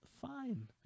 Fine